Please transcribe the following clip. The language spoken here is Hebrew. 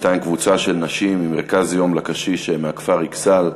בינתיים קבוצה של נשים ממרכז "יום לקשיש" מהכפר אכסאל.